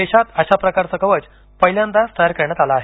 देशात अशा प्रकारचे कवच पहिल्यांदाच तयार करण्यात आले आहे